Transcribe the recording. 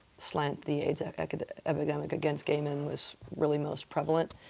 slant the aids epidemic against gay men was really most prevalent.